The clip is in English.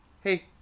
Hey